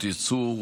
7 באוקטובר,